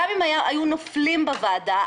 גם אם היו נופלים בוועדה,